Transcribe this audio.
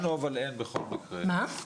לנו אין נוזלי.